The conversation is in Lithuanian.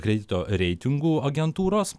kredito reitingų agentūros